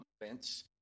events